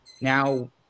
Now